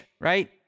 right